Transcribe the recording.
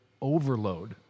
overload